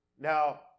Now